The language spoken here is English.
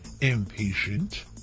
impatient